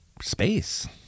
space